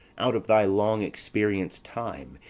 out of thy long-experienc'd time,